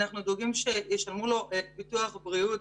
אנחנו דואגים שישלמו לו ביטוח בריאות,